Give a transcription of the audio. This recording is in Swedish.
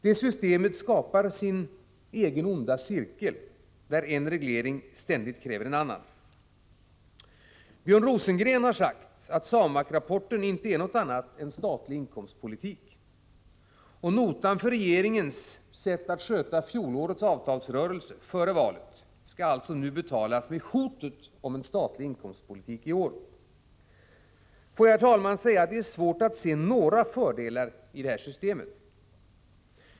Det systemet skapar sin egen onda cirkel, där en reglering ständigt kräver en annan. Björn Rosengren har sagt att SAMAK-rapporten inte är något annat än statlig inkomstpolitik. Och notan för regeringens sätt att sköta fjolårets avtalsrörelse före valet skall alltså nu betalas med hotet om en statlig inkomstpolitik i år. Jag får, herr talman, säga att det är svårt att se några fördelar med detta system.